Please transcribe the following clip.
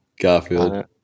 Garfield